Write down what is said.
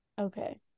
Okay